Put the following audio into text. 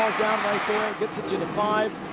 gets it to the five.